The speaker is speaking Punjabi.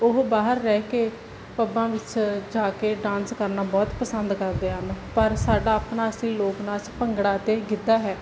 ਉਹ ਬਾਹਰ ਰਹਿ ਕੇ ਪੱਬਾਂ ਵਿੱਚ ਜਾ ਕੇ ਡਾਂਸ ਕਰਨਾ ਬਹੁਤ ਪਸੰਦ ਕਰਦੇ ਹਨ ਪਰ ਸਾਡਾ ਆਪਣਾ ਅਸਲੀ ਲੋਕ ਨਾਚ ਭੰਗੜਾ ਅਤੇ ਗਿੱਧਾ ਹੈ